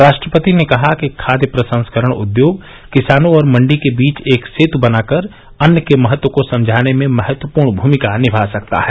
राष्ट्रपति ने कहा कि खाद्य प्रसंस्करण उद्योग किसानों और मंडी के बीच एक सेतु बनाकर अन्न के महत्व को समझाने में महत्वपूर्ण भूमिका निभा सकता है